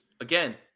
Again